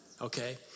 okay